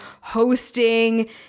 hosting